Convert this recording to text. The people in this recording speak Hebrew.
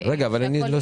למה זה לא